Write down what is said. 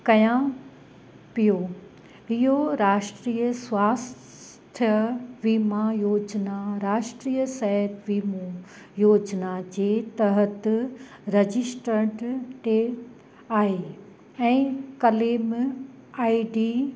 कयां पियो इहो राष्ट्रीय स्वास्थ्य वीमां योजना राष्ट्रीय सिहत वीमों योजना जे तहति रजिस्टर्ड टे आहे ऐं कलेम आई डी